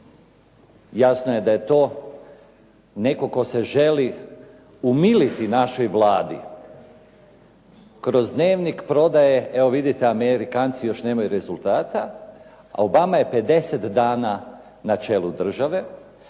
Jasno je da je to netko tko se želi umiliti našoj Vladi. Kroz "Dnevnik" prodaje, evo vidite Amerikanci još maju rezultata, a Obama je 50 dana na čelu države,